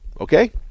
Okay